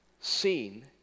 seen